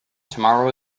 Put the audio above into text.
tomorrow